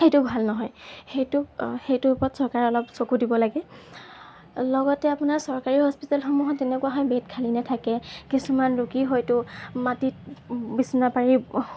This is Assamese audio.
সেইটো ভাল নহয় সেইটো সেইটোৰ ওপৰত চৰকাৰে অলপ চকু দিব লাগে লগতে আপোনাৰ চৰকাৰী হস্পিতালসমূহত এনেকুৱা হয় বেড খালী নাথাকে কিছুমান ৰোগী হয়তো মাটিত বিচনা পাৰি